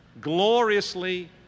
gloriously